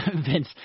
Vince